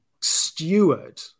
steward